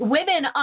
Women